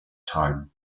time